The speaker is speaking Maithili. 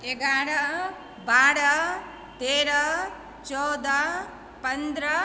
एगारह बारह तेरह चौदह पन्द्रह